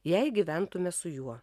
jei gyventume su juo